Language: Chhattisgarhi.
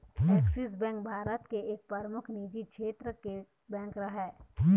ऐक्सिस बेंक भारत के एक परमुख निजी छेत्र के बेंक हरय